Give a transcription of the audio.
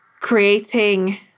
creating